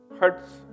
hurts